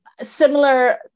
similar